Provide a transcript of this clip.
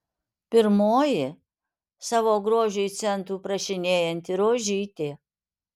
pirmoji savo grožiui centų prašinėjanti rožytė